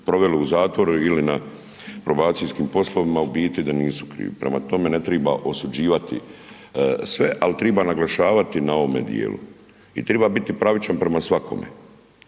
proveli u zatvoru ili na probacijskim poslovima a u biti da nisu krivi. Prema tome, ne treba osuđivati sve treba naglašavati na ovom djelu i treba biti pravičan prema svakome,